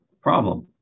problem